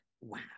wow